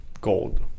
gold